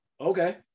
Okay